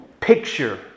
Picture